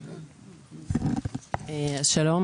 שלום,